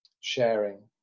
sharing